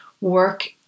work